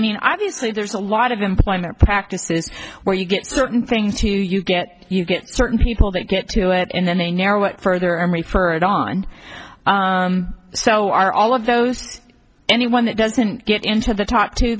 mean obviously there's a lot of employment practices where you get certain things to you get you get certain people that get to it and then they narrow it further i mean for and on so are all of those anyone that doesn't get into the top two